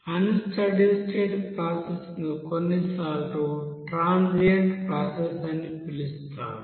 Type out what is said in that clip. అన్ study state process ను కొన్నిసార్లు transient process అని పిలుస్తారు